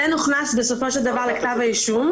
הבן הוכנס בסופו של דבר לכתב האישום,